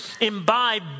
imbibe